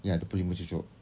ya dua puluh lima cucuk